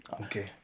Okay